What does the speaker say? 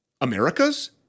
America's